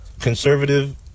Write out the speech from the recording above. conservative